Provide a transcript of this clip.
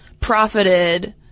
profited